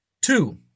Two